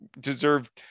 deserved